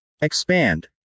Expand